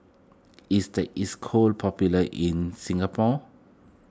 is the Isocal popular in Singapore